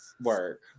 Work